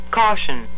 caution